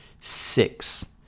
six